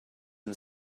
and